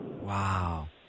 Wow